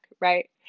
Right